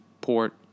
port